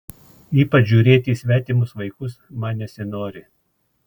ypač žiūrėti į svetimus vaikus man nesinori